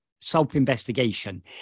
self-investigation